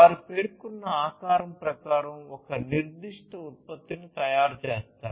వారు పేర్కొన్న ఆకారం ప్రకారం ఒక నిర్దిష్ట ఉత్పత్తిని తయారు చేస్తారు